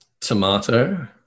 Tomato